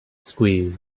squeezed